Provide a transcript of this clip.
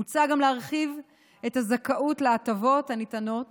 מוצע גם להרחיב את הזכאות להטבות הניתנות